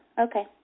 Okay